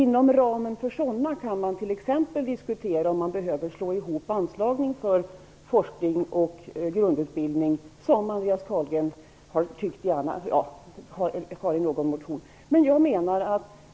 Inom ramen för sådana kan man diskutera om man t.ex. behöver slå ihop anslagen för forskning och grundutbildning, vilket Andreas Carlgren har framfört i någon motion.